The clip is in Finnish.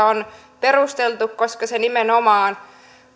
on perusteltu koska se nimenomaan